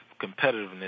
competitiveness